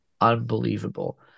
unbelievable